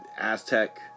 Aztec